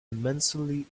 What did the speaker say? immensely